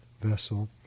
vessel